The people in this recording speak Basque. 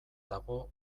dago